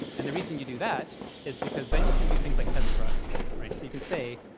and the reason you do that is because then you can do things like test drugs, right? so you can say,